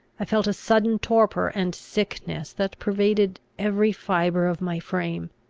i felt a sudden torpor and sickness that pervaded every fibre of my frame.